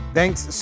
thanks